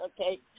okay